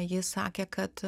ji sakė kad